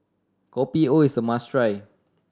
Kopi O is a must try